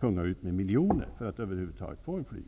punga ut med miljoner för att över huvud taget få flygtrafik.